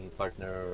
partner